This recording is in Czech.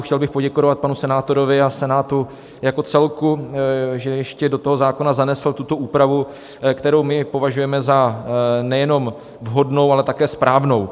Chtěl bych poděkovat panu senátorovi a Senátu jako celku, že ještě do zákona zanesl tuto úpravu, kterou my považujeme nejenom za vhodnou, ale také správnou.